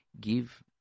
give